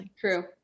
true